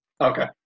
Okay